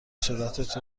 صورتت